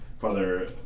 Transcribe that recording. Father